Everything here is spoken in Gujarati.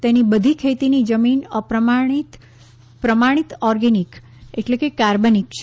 તેની બધી ખેતીની જમીન પ્રમાણિત ઓર્ગેનિક એટ્લે કે કાર્બનિક છે